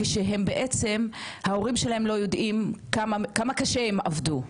כשהם בעצם ההורים שלהם לא יודעים כמה קשה הם עבדו,